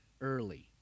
early